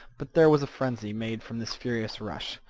but there was a frenzy made from this furious rush.